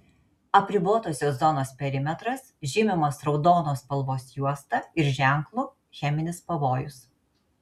apribotosios zonos perimetras žymimas raudonos spalvos juosta ir ženklu cheminis pavojus